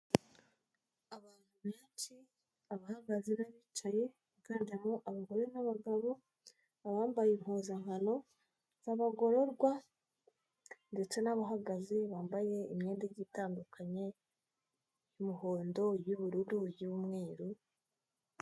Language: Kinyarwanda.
Abantu benshi, abahagaze n' abicaye biganjemo abagore n'abagabo, abambaye impuzankano z'abagororwa ndetse n'abahagaze bambaye imyenda igiye itandukanye y'umuhondo, iy'ubururu, iy'umweru...